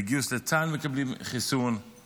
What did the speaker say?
בגיוס לצה"ל מקבלים חיסון,